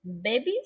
babies